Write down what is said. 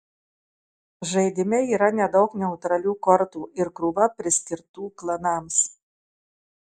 žaidime yra nedaug neutralių kortų ir krūva priskirtų klanams